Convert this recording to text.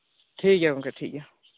ᱴᱷᱤᱠ ᱜᱮᱭᱟ ᱜᱚᱢᱠᱮ ᱴᱷᱤᱠ ᱜᱮᱭᱟ